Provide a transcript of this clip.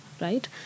right